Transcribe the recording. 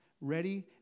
ready